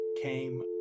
came